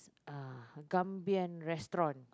uh Gambian restaurant